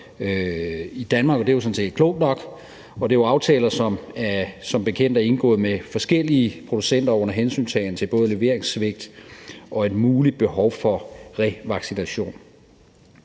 i Danmark, og det er jo sådan set klogt nok. Det er jo aftaler, der som bekendt er indgået med forskellige producenter under hensyntagen til både leveringssvigt og et muligt behov for revaccination.